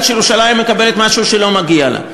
שירושלים מקבלת משהו שלא מגיע לה,